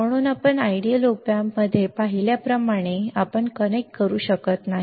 म्हणून आपण आदर्श op amp मध्ये पाहिल्याप्रमाणे आपण कनेक्ट करू शकत नाही